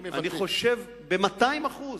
אני חושב ב-200%.